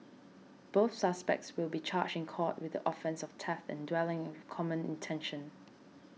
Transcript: both suspects will be charged in court with the offence of theft dwelling with common intention